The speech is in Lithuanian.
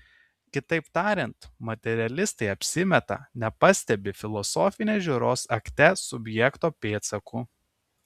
kitaip tariant materialistai apsimeta nepastebį filosofinės žiūros akte subjekto pėdsakų